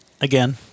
Again